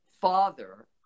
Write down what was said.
father